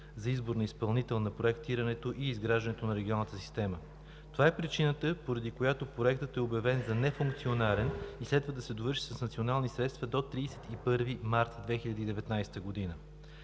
за избор на изпълнител на проектирането и изграждането на регионалната система. Това е причината, поради която Проектът е обявен за нефункционален и следва да се довърши с национални средства до 31 март 2019 г.